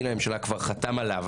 כבר חתם עליו,